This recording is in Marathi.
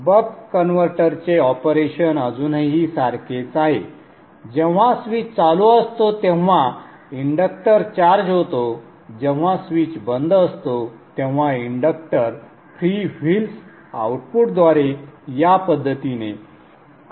बक कन्व्हर्टरचे ऑपरेशन अजूनही सारखेच आहे जेव्हा स्वीच चालू असतो तेव्हा इंडक्टर चार्ज होतो जेव्हा स्विच बंद असतो तेव्हा इंडक्टर फ्री व्हील्स आउटपुट द्वारे या पद्धतीने